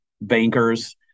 bankers